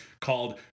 called